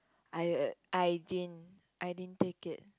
I uh I didn't I didn't take it